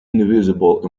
invisible